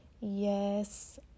Yes